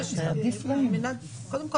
קודם כל,